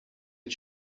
que